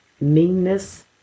meanness